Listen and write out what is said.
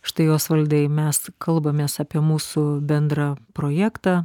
štai osvaldai mes kalbamės apie mūsų bendrą projektą